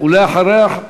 לא בשביל מקורבים שלה.